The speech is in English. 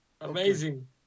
Amazing